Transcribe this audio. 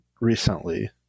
recently